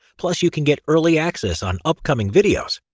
plus, you can get early access on upcoming videos.